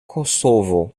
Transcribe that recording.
kosovo